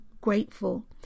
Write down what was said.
grateful